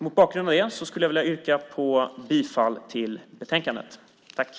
Mot bakgrund av detta vill jag yrka bifall till förslagen i betänkandet.